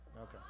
Okay